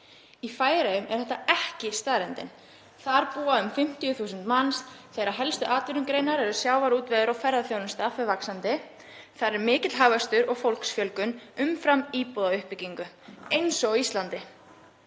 Í Færeyjum er þetta ekki staðreyndin. Þar búa um 50.000 manns, helsta atvinnugrein þeirra er sjávarútvegur og ferðaþjónusta fer vaxandi. Þar er mikill hagvöxtur og fólksfjölgun umfram íbúðauppbyggingu eins og á Íslandi.